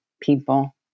people